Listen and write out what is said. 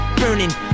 burning